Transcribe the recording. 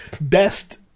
Best